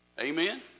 Amen